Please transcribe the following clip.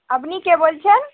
আপনি কে বলছেন